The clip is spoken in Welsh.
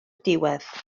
diwedd